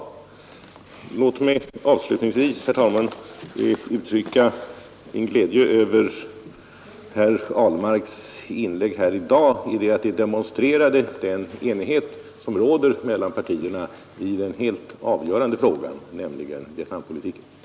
Låt mig avslutningsvis, herr talman, uttrycka min glädje över herr Ahlmarks inlägg här i dag i det att det demonstrerar den enighet som råder mellan partierna i den helt avgörande frågan, nämligen stödet av en rättvis fred i Vietnam.